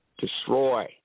destroy